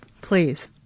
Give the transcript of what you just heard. please